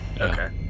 Okay